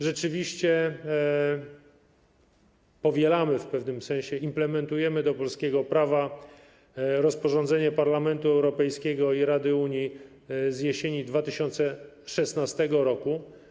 Rzeczywiście powielamy w pewnym sensie, implementujemy do polskiego prawa rozporządzenie Parlamentu Europejskiego i Rady (UE) z jesieni 2016 r.